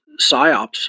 PSYOPs